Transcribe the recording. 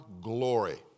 glory